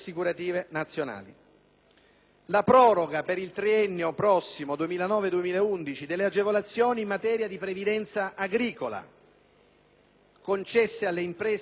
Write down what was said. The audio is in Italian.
la proroga, per il prossimo triennio 2009-2011, delle agevolazioni in materia di previdenza agricola concesse alle imprese agricole nelle